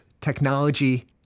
technology